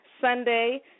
Sunday